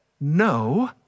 no